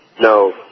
No